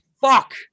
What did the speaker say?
fuck